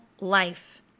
life